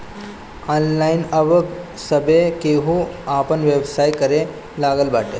online अब सभे केहू आपन व्यवसाय करे लागल बाटे